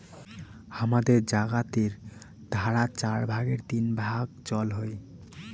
হামাদের জাগাতের ধারা চার ভাগের তিন ভাগ জল হই